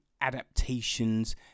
adaptations